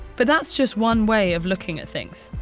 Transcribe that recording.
but that's just one way of looking at things.